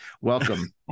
Welcome